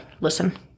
listen